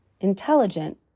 intelligent